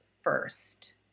first